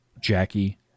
Jackie